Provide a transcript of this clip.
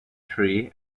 tree